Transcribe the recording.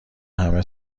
همه